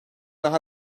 daha